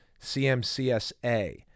CMCSA